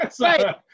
Right